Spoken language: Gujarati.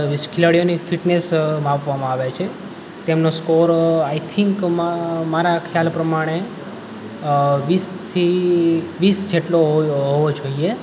વીસ ખેલાડીઓની ફિટનેસ માપવામાં આવે છે તેમનો સ્કોર આઈ થિન્કમાં મારા ખ્યાલ પ્રમાણે વીસથી વીસ જેટલો હોવો જોઈએ